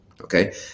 okay